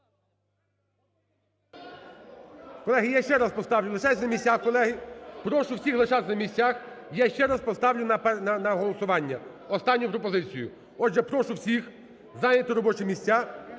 Колеги, я ще раз поставлю, лишайтесь на місцях, колеги, прошу всіх лишатися на місцях, я ще раз поставлю на голосування, останню пропозицію. Отже, прошу всіх зайняти робочі місця